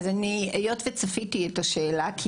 היות וצפיתי את השאלה הזו,